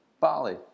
bali